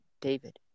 David